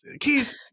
Keith